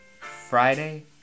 Friday